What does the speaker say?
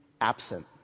absent